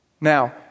Now